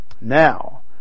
Now